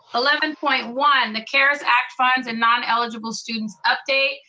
eleven point one, the cares act funds and non-eligible students update.